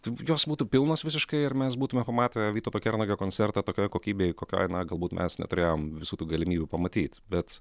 tai jos būtų pilnos visiškai ar mes būtume pamatę vytauto kernagio koncertą tokioj kokybėj kokioj na galbūt mes neturėjom visų tų galimybių pamatyt bet